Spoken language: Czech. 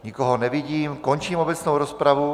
Nikoho nevidím, končím obecnou rozpravu.